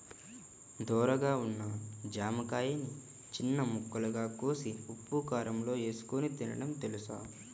ధోరగా ఉన్న జామకాయని చిన్న ముక్కలుగా కోసి ఉప్పుకారంలో ఏసుకొని తినడం తెలుసా?